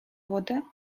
wodę